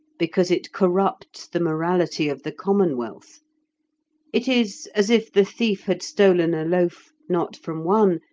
because it corrupts the morality of the commonwealth it is as if the thief had stolen a loaf, not from one,